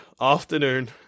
afternoon